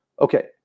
okay